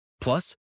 Plus